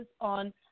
on